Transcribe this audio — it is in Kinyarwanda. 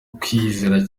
kwizera